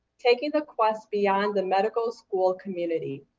taking the quest beyond the medical school community.